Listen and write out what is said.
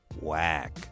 whack